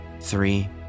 three